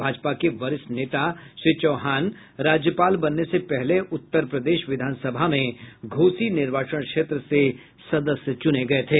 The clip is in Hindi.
भाजपा के वरिष्ठ नेता श्री चौहान राज्यपाल बनने से पहले उत्तर प्रदेश विधानसभा में घोषी निर्वाचन क्षेत्र से सदस्य चुने गये थे